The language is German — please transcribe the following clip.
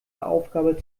aufgabe